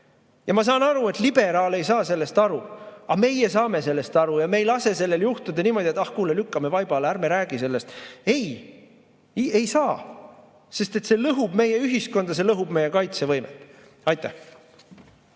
see. Ma saan aru, et liberaal ei saa sellest aru, aga meie saame sellest aru ja me ei lase sellel juhtuda niimoodi, et ah, kuule, lükkame vaiba alla, ärme räägime sellest. Ei! Ei saa, sest see lõhub meie ühiskonda, lõhub meie kaitsevõimet. Aitäh!